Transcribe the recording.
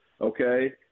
okay –